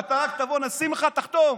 אתה, רק תבוא, נשים לך ותחתום.